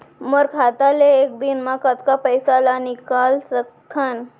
मोर खाता ले एक दिन म कतका पइसा ल निकल सकथन?